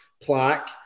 plaque